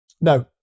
No